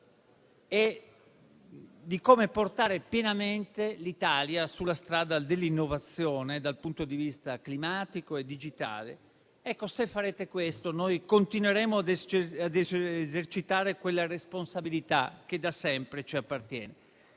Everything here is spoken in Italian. e di come portare pienamente l'Italia sulla strada dell'innovazione dal punto di vista climatico e digitale. Ecco, se farete questo, noi continueremo a esercitare quella responsabilità che da sempre ci appartiene.